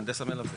מהנדס מלווה.